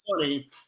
funny